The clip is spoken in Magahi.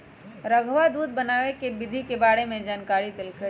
रधवा दूध बनावे के विधि के बारे में जानकारी देलकई